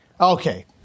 Okay